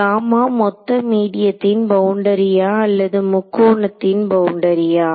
gamma மொத்த மீடியத்தின் பவுண்டரியா அல்லது முக்கோணத்தின் பவுண்டரியா